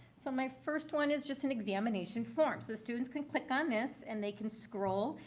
so my first one is just an examination form. so the students can click on this and they can scroll.